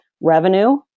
revenue